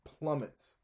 plummets